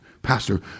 Pastor